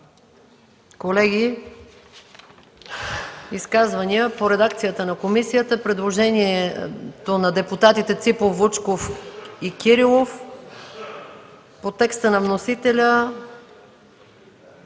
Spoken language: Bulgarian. Колеги, изказвания по редакцията на комисията – предложението на депутатите Ципов, Вучков и Кирилов, по текста на вносителя